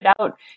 Out